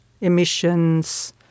emissions